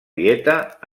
dieta